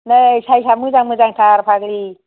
नै साइज आ मोजां मोजांथार फाग्लि